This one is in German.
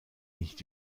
nicht